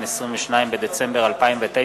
22 בדצמבר 2009,